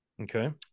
Okay